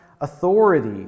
authority